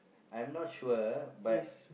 I am not sure but